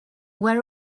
where